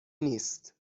نیست